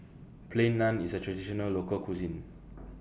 Plain Naan IS A Traditional Local Cuisine